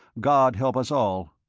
god help us all!